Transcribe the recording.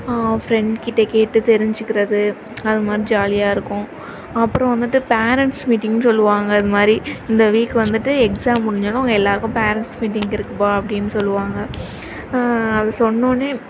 front கிட்டே கேட்டு தெரிஞ்சிக்கிறது அதுமாதிரி ஜாலியாயிருக்கும் அப்றம் வந்துவிட்டு பேரன்ட்ஸ் மீட்டிங்னு சொல்வாங்க இதுமாதிரி இந்த வீக் வந்துவிட்டு எக்ஸாம் முடிஞ்சோடன உங்கள் எல்லோருக்கும் பேரன்ட்ஸ் மீட்டிங் இருக்குப்பா அப்படின்னு சொல்வாங்க அது சொன்னோனே